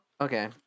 okay